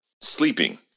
sleeping